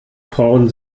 frauen